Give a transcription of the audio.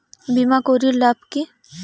বিমা করির লাভ কি?